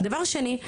דבר שני,,